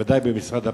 בוודאי במשרד הפנים,